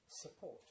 Support